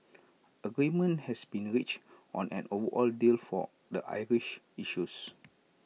agreement has been reached on an overall deal for the Irish issues